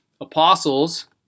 apostles